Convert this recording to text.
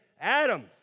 Adam